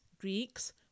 Greeks